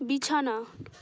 বিছানা